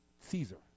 Caesar